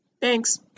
thanks